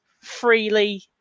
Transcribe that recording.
freely